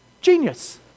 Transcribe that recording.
Genius